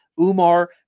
umar